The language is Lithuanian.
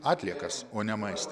atliekas o ne maistą